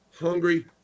hungry